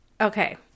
Okay